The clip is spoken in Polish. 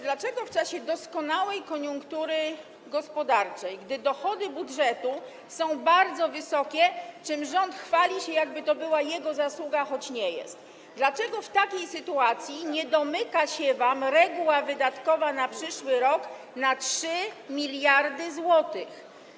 Dlaczego w czasie doskonałej koniunktury gospodarczej, gdy dochody budżetu są bardzo wysokie, czym rząd chwali się, jakby to była jego zasługa, choć nie jest, dlaczego w takiej sytuacji nie domyka się wam reguła wydatkowa na przyszły rok na 3 mld zł?